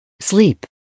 Sleep